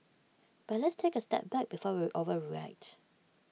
but let's take A step back before we overreact